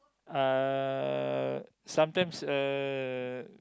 uh sometimes uh